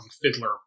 Fiddler